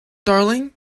darling